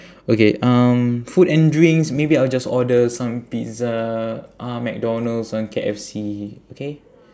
okay um food and drinks maybe I'll just order some pizza uh mcdonald's some K_F_C okay